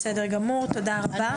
תודה רבה.